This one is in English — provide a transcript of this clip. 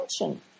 attention